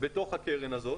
בתוך הקרן הזאת.